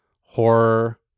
horror